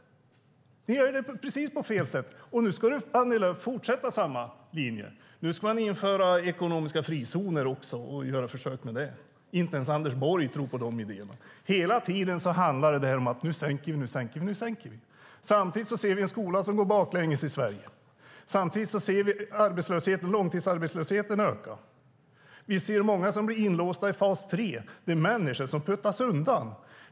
Ni gör det på precis fel sätt. Och nu ska Annie Lööf fortsätta på samma linje. Nu ska man införa ekonomiska frizoner också och göra försök med det. Inte ens Anders Borg tror på de idéerna. Hela tiden handlar det om detta: Nu sänker vi, nu sänker vi, nu sänker vi. Samtidigt ser vi en skola som går baklänges i Sverige. Samtidigt ser vi arbetslösheten och långtidsarbetslösheten öka. Vi ser många som blir inlåsta i fas 3. Det är människor som puttas undan.